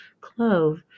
clove